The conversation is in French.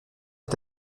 est